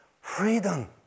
freedom